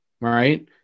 right